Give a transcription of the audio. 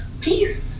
peace